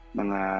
mga